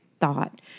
thought